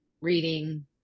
reading